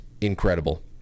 incredible